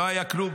לא היה כלום.